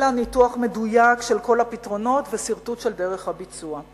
אלא בניתוח מדויק של כל הפתרונות וסרטוט של דרך הביצוע,